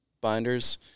binders